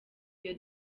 iyo